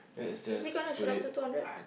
is it gonna shoot up to two hundred